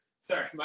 Sorry